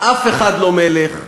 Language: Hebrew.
אך אחד לא מלך,